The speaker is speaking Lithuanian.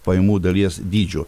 pajamų dalies dydžiu